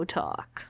talk